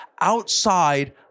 outside